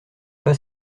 pas